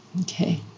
okay